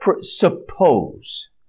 suppose